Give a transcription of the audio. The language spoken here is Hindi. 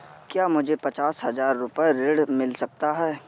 क्या मुझे पचास हजार रूपए ऋण मिल सकता है?